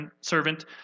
servant